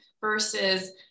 versus